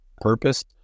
purpose